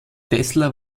tesla